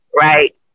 right